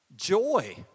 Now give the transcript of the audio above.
joy